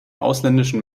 ausländischen